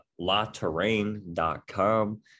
LaTerrain.com